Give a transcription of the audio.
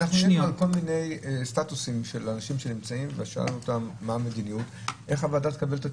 אדוני היושב-ראש, איך הוועדה תקבל את התשובות?